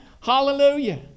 Hallelujah